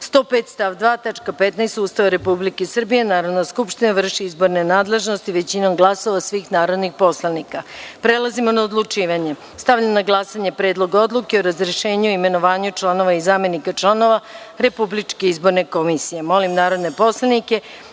15. Ustava Republike Srbije, Narodna skupština vrši izborne nadležnosti većinom glasova svih narodnih poslanika. Prelazimo na odlučivanje. Stavljam na glasanje Predlog odluke o razrešenju i imenovanju članova i zamenika članova Republičke izborne komisije. Molim